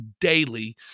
daily